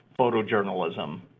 photojournalism